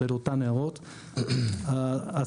אז